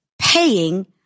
paying